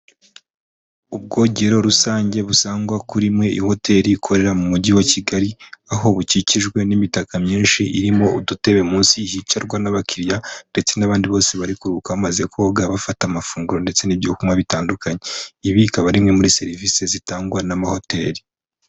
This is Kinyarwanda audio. Ubwogero rusange busangwa kuri imwe i hoteri ikorera mu mujyi wa Kigali, aho bukikijwe n'imitaka myinshi irimo udutebe munsi hicarwa n'abakiriya ndetse n'abandi bose bariruka bamaze koga, bafata amafunguro ndetse n'ibyokunywa bitandukanye, ibi ikaba ari imwe muri serivise zitangwa n'amahoteri.